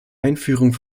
einführung